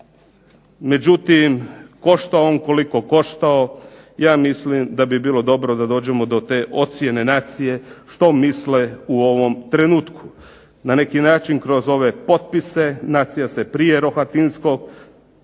Međutim, košta on koliko koštao ja mislim da bi bilo dobro da dođemo do te ocjene nacije što misle u ovom trenutku. Na neki način kroz ove potpise, nacija se prije Rohatinskog